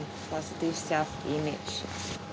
positive self image